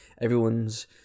everyone's